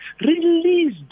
release